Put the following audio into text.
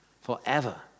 forever